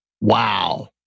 Wow